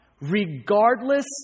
regardless